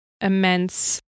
immense